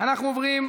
מוותרת,